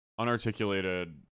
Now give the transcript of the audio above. unarticulated